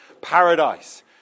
paradise